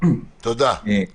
גם תאגיד